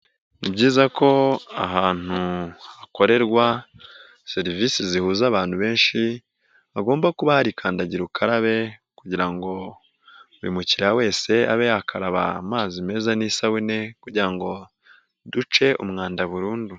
Ni byiza ko ahantu hakorerwa serivisi zihuza abantu benshi hagomba kuba hari kandagira ukarabe kugira ngo buri mukiriya wese abe yakaraba amazi meza n'isabune kugira ngo duce umwanda burundu.